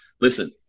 listen